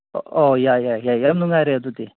ꯑꯣ ꯑꯣ ꯌꯥꯏ ꯌꯥꯏ ꯌꯥꯏ ꯌꯥꯝ ꯅꯨꯡꯉꯥꯏꯔꯦ ꯑꯗꯨꯗꯤ